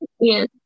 Yes